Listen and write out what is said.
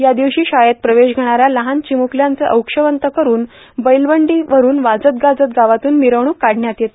या दिवशी शाळेत प्रवेश घेणाऱ्या लहान चिमुकल्यांचे अक्षवंत करून बैलबंडी वरून वाजत गाजत गावात मिरवणूक काढण्यात आली